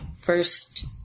first